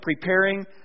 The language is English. preparing